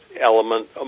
element